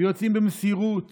ויוצאים במסירות